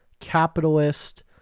capitalist